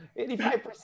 85%